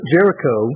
Jericho